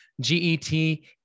G-E-T